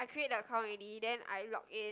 I create account already then I log in